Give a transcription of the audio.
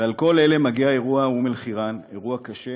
ועל הכול מגיע אירוע אום-אלחיראן, אירוע קשה,